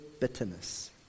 Bitterness